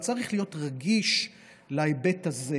אבל צריך להיות רגיש להיבט הזה.